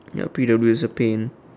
ya P_W is a pain